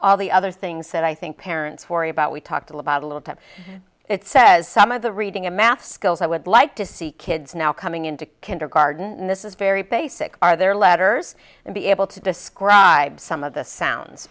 all the other things that i think parents worry about we talked about a little time it says some of the reading and math skills i would like to see kids now coming into kindergarten this is very basic are their letters and be able to describe some of the sounds